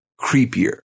creepier